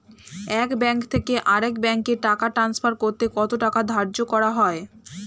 এক ব্যাংক থেকে আরেক ব্যাংকে টাকা টান্সফার করতে কত টাকা ধার্য করা হয়?